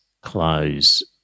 close